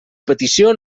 petició